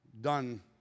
done